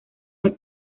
los